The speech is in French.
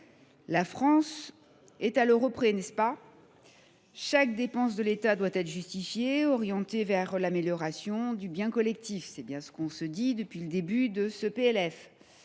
La France est à l’euro près, n’est ce pas ? Chaque dépense de l’État doit être justifiée, orientée vers l’amélioration du bien collectif : voilà ce que nous disons depuis le début de l’examen